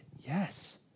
Yes